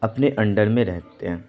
اپنے انڈر میں رہتے ہیں